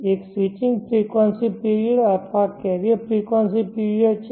એક switching frequency period અથવા carrier frequency period છે